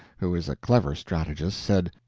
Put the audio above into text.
who is a clever strategist, said,